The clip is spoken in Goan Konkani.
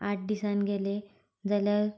आठ दिसान गेले जाल्यार